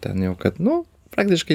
ten jau kad nu praktiškai